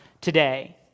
today